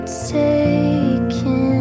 taken